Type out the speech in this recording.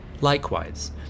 Likewise